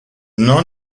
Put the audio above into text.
non